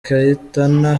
kayitana